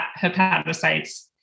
hepatocytes